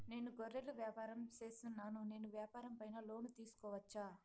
నేను గొర్రెలు వ్యాపారం సేస్తున్నాను, నేను వ్యాపారం పైన లోను తీసుకోవచ్చా?